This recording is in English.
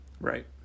Right